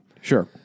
Sure